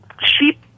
Sheep